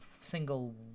single